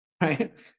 right